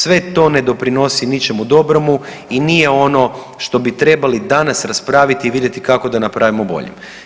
Sve to ne doprinosi ničemu dobromu i nije ono što bi trebali danas raspraviti i vidjeti kako da napravimo bolje.